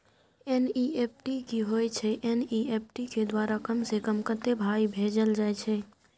NEFT की होय छै एन.ई.एफ.टी के द्वारा कम से कम कत्ते पाई भेजल जाय छै?